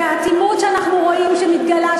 והאטימות שאנחנו רואים שמתגלה,